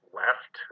left